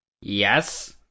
yes